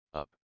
up